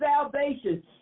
salvation